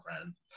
friends